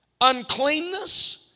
Uncleanness